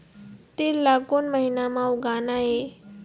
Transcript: तील ला कोन महीना म उगाना ये?